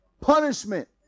punishment